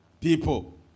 people